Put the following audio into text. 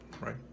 right